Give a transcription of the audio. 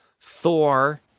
Thor